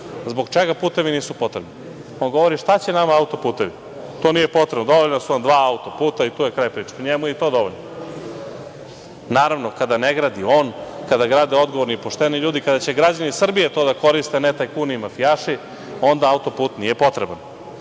Zbog čega putevi nisu potrebni. On govori – šta će nama autoputevi? To nije potrebno. Dovoljna su vam dva autoputa i tu je kraj priče. Njemu je i to dovoljno. Naravno, kada ne gradi on, kada grade odgovorni i pošteni ljudi, kada će građani Srbije to da koriste, a ne tajkuni i mafijaši, onda autoput nije potreban. Naravno,